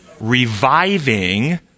reviving